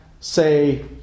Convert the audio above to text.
Say